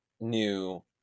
new